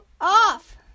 off